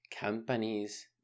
companies